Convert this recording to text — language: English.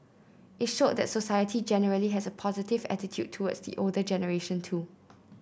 it showed that society generally has a positive attitude towards the older generation too